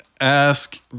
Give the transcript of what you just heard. ask